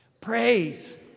praise